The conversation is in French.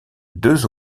deux